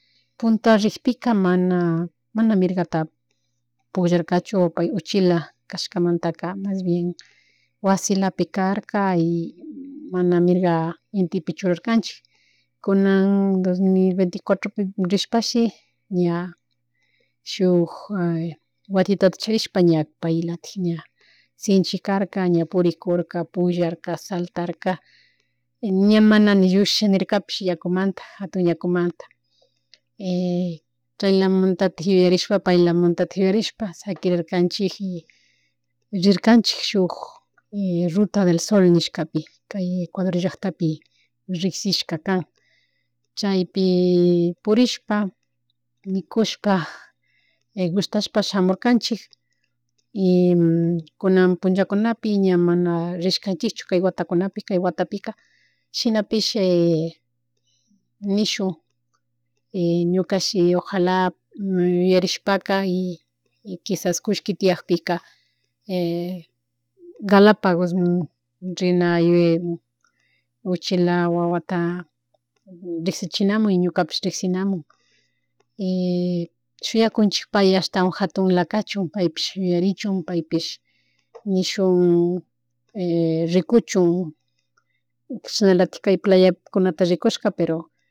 Punta rickpika mana mirgata pullarkachu pay uchila kashkamanta, mas bien wasilapi karka y mana mirga intipi churarkanchik. Kunan dos mil veinte y cuatropi rishpashi ña shuk watitata charishpa ña paylatik ña shinchi karka ña purikurka ña pukllarka, saltarka ña mana ni llushinarkapish yakumanta jatu yakumanta chaylamantatik yuyashpa paylamuntatik yuyarishpa sharikirirkanchik rirkanchik shuk y ruta del sol nishkapi kay Ecuador llacktapi rickshishka kan chaypi purishpa, mikushpa, gustashpa shamurkanchik, y kunan punllakunapi ña mana rishkanchikchu kay watakunapika, shinapish nishun ñuka shi ojala yuyarishpaka y kishaska kushki tiyakpika Galapagosmun rina yuyay uchila wawata ricshichinamun y ñukapash rickshinamun shuyakunchik pay ashtawan jatulakanchu paypish yuyarichun, paypish nishun rikuchun chashnalatik kay playakunata rikushka pero